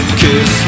kiss